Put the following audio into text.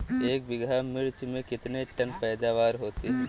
एक बीघा मिर्च में कितने टन पैदावार होती है?